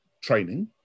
training